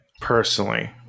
personally